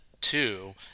Two